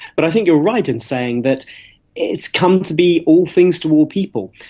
but i think you're right in saying that it's come to be all things to all people,